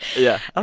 yeah, ah